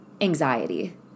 anxiety